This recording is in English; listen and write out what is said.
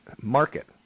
market